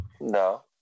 no